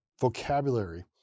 vocabulary